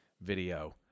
video